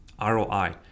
ROI